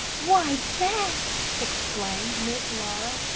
why, jack! exclaimed miss laura,